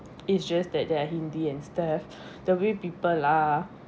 it's just that they are indians they have the way people are